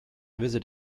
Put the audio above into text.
visit